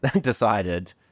decided